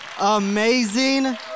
Amazing